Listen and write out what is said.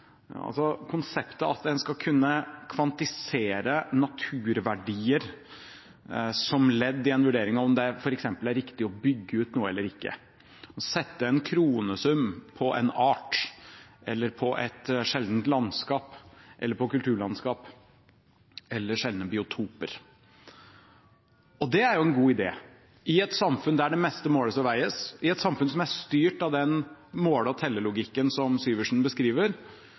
altså konseptet om at en skal kunne kvantifisere naturverdier som ledd i en vurdering av om det f.eks. er riktig å bygge ut noe eller ikke og sette en kronesum på en art, på et sjeldent landskap, på kulturlandskap eller på sjeldne biotoper. Og det er jo en god idé. I et samfunn der det meste måles og veies, i et samfunn som er styrt av den måle- og tellelogikken som Syversen beskriver,